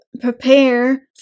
prepare